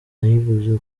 nayiguze